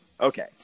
Okay